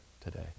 today